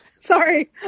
Sorry